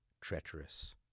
treacherous